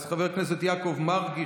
אז חבר הכנסת יעקב מרגי,